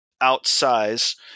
outsize